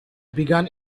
begun